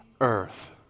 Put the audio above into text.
earth